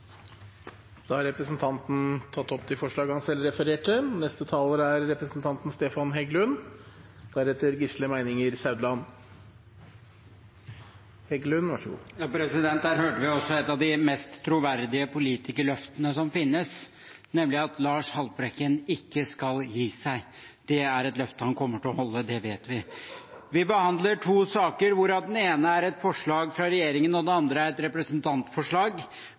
Representanten Lars Haltbrekken har tatt opp det forslaget han refererte til. Der hørte vi et av de mest troverdige politikerløftene som finnes, nemlig at Lars Haltbrekken ikke skal gi seg. Det er et løfte han kommer til å holde. Det vet vi. Vi behandler to saker. Den ene gjelder en proposisjon fra regjeringen. Den andre gjelder et representantforslag.